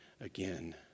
again